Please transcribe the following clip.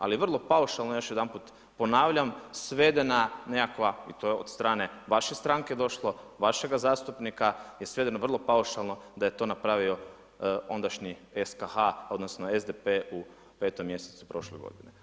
Ali je vrlo paušalno još jedanput ponavljam svedena nekakva i to je od strane vaše stranke došlo, vašega zastupnika je svedeno vrlo paušalno da je to napravio ondašnji SKH-a odnosno SDP-e u 5. mjesecu prošle godine.